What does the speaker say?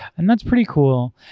and that's pretty cool.